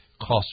cost